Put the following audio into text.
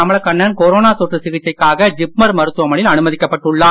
Kamalakannan corona தொற்று சிகிச்சைக்காக ஜிப்மர் மருத்துவமனையில் அனுமதிக்கப்பட்டு உள்ளார்